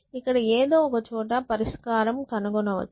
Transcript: ఇక్కడ ఎదో ఒక చోట పరిష్కారం కనుగొనవచ్చు